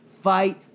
fight